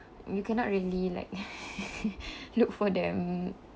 you cannot really like look for them